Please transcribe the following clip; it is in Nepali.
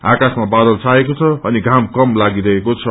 आकाशमा बादल छाएको छ अनि धाम कम लागिरहेको छ